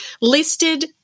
listed